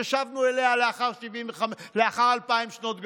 ששבנו אליה לאחר אלפיים שנות גלות.